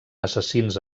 assassins